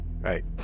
Right